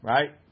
Right